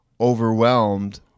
overwhelmed